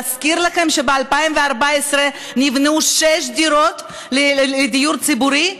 להזכיר לכם שב-2014 נבנו שש דירות של דיור ציבורי?